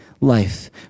life